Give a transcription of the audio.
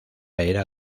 era